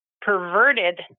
perverted